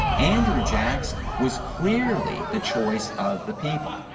andrew jackson was clearly the choice of the people.